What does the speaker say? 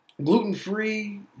Gluten-free